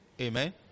Amen